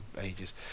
ages